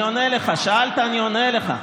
שאלת ואני עונה לך.